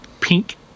pink